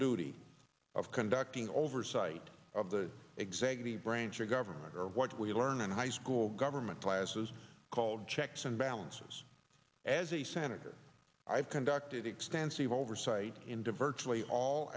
duty of conducting oversight of the executive branch of government or what we learn in high school government classes called checks and balances as a senator i have conducted extensive oversight in div